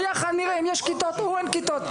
בוא יחד נראה אם יש כיתות או אין כיתות,